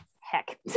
heck